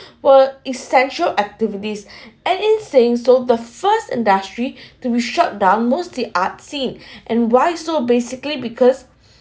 were essential activities and insane so the first industry to be shut down most the art scene and why so basically because